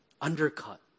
undercut